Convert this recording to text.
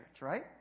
right